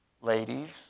Ladies